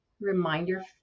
reminder